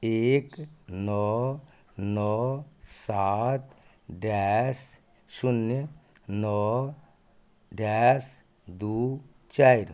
एक नओ नओ सात डैश शून्य नओ डैश दू चारिटा